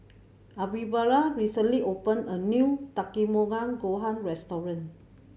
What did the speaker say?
Alvira recently opened a new Takikomi Gohan Restaurant